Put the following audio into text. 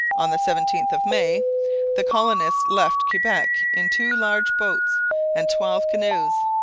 on the seventeenth of may the colonists left quebec in two large boats and twelve canoes.